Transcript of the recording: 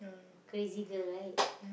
crazy girl right